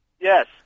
Yes